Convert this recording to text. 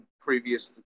previous